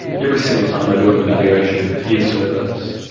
every single time i do an evaluation of a peer service